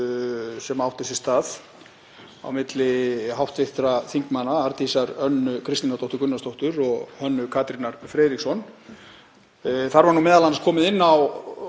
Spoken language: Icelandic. sem áttu sér stað á milli hv. þingmanna Arndísar Önnu Kristínardóttur Gunnarsdóttur og Hönnu Katrínar Friðriksson. Þar var m.a. komið inn á